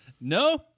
No